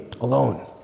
alone